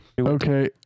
Okay